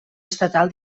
estatal